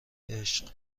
عشق